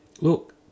look